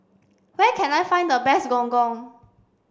where can I find the best gong gong